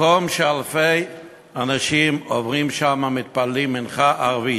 מקום שאלפי אנשים עוברים שם ומתפללים מנחה, ערבית.